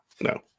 no